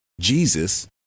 Jesus